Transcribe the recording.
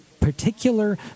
particular